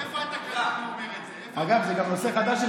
איפה התקנון, אגב, זה גם נושא חדש.